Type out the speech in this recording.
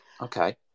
Okay